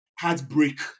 Heartbreak